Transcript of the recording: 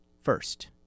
First